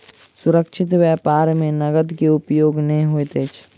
सुरक्षित व्यापार में नकद के उपयोग नै होइत अछि